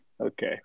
Okay